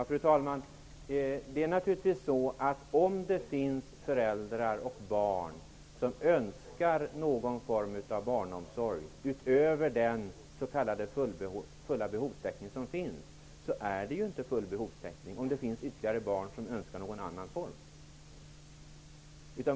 Fru talman! Naturligtvis är det så att om det finns föräldrar och barn som önskar någon annan form av barnomsorg utöver den s.k. fulla behovstäckningen, är det inte fråga om full behovstäckning.